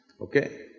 okay